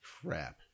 crap